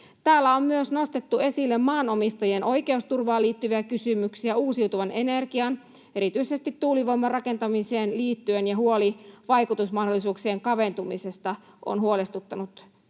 Täällä on myös nostettu esille maanomistajien oikeusturvaan liittyviä kysymyksiä uusiutuvan energian, erityisesti tuulivoiman, rakentamiseen liittyen, ja huoli vaikutusmahdollisuuksien kaventumisesta on huolestuttanut